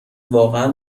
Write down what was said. واقعا